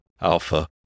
alpha